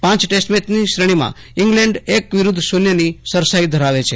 પાંચ ટેસ્ટમેચની શ્રેણીમાં ઇંગ્લેન્ડ એક શૂન્યની સરસાઈ ધરાવે છે